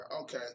Okay